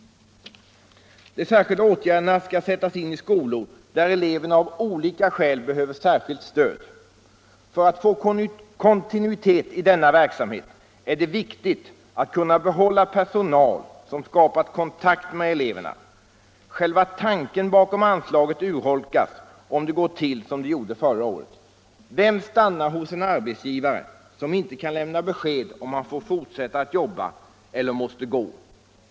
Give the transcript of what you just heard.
De särskilda åtgärderna skall sättas in i skolor där eleverna av olika skäl behöver särskilt stöd. För att få kontinuitet i denna verksamhet är det viktigt att kunna behålla personal som skapat kontakt med eleverna. Själva tanken bakom anslaget urholkas om det går till som det gjorde förra året. Vem stannar hos en arbetsgivare som inte kan lämna besked om man får fortsätta att jobba eller måste gå?